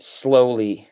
slowly